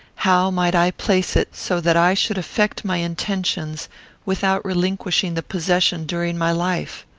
how might i place it, so that i should effect my intentions without relinquishing the possession during my life?